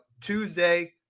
Tuesday